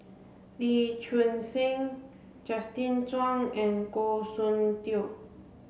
Lee Choon Seng Justin Zhuang and Goh Soon Tioe